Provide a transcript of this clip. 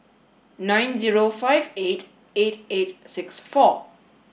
nine zero five eight eight eight six four